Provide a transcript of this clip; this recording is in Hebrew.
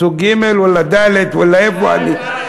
סוג ג', ואללה ד', ואללה, איפה אני?